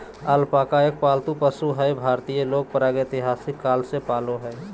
alpaca एक पालतू पशु हई भारतीय लोग प्रागेतिहासिक काल से पालय हई